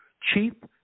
cheap